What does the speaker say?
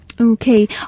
Okay